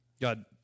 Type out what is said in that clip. God